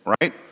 right